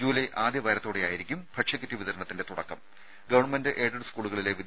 July ആദ്യവാരത്തോടെയായിരിക്കും ഭക്ഷ്യകിറ്റ് വിതരണത്തിന്റെ ഗവൺമെന്റ് എയ്ഡഡ് സ്കൂളുകളിലെ തുടക്കം